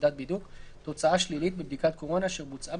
עמדת בידוק) תוצאה שלילית בבדיקת קורונה אשר בוצעה